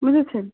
বুঝেছেন